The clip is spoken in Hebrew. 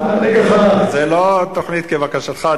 זה לא תוכנית כבקשתך.